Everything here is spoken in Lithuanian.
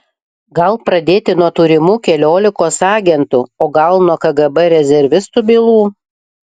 gal pradėti nuo turimų keliolikos agentų o gal nuo kgb rezervistų bylų